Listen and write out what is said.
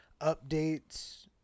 updates